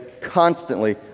constantly